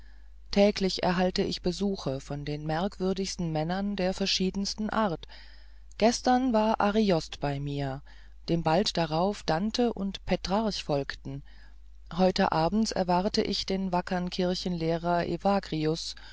täglich erhalte ich besuche von den merkwürdigsten männern der verschiedensten art gestern war ariost bei mir dem bald darauf dante und petrarch folgten heute abends erwarte ich den wackern kirchenlehrer evagrius